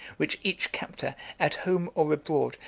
which each captor, at home or abroad,